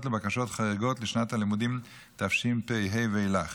לבקשות חריגות לשנת הלימודים תשפ"ה ואילך,